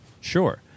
sure